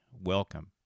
welcome